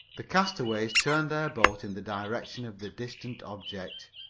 the castaways turned their boat in the direction of the distant object.